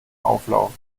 auflauf